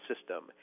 system